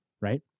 Right